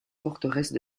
forteresses